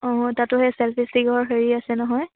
অঁ তাতো সেই চেল্ফি চিঘৰ হেৰি আছে নহয়